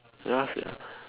ya sia